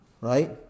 right